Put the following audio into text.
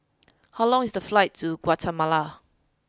how long is the flight to Guatemala